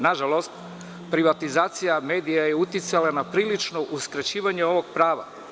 Nažalost, privatizacija medija je uticala na prilično uskraćivanje ovog prava.